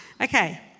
Okay